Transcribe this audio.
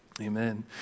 Amen